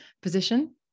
position